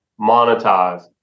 monetize